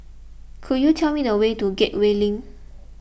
could you tell me the way to Gateway Link